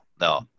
no